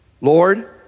Lord